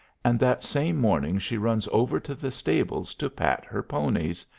and that same morning she runs over to the stables to pat her ponies,